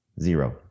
Zero